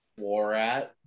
Warat